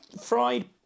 fried